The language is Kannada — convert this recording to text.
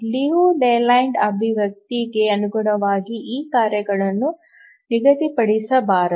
ಲಿಯು ಲೇಲ್ಯಾಂಡ್ ಅಭಿವ್ಯಕ್ತಿಗೆ ಅನುಗುಣವಾಗಿ ಈ ಕಾರ್ಯಗಳನ್ನು ನಿಗದಿಪಡಿಸಬಾರದು